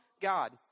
God